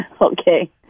okay